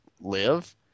live